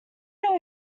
know